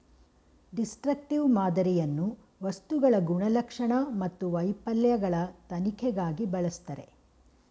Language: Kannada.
ಡಿಸ್ಟ್ರಕ್ಟಿವ್ ಮಾದರಿಯನ್ನು ವಸ್ತುಗಳ ಗುಣಲಕ್ಷಣ ಮತ್ತು ವೈಫಲ್ಯಗಳ ತನಿಖೆಗಾಗಿ ಬಳಸ್ತರೆ